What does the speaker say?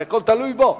זה הכול תלוי בו.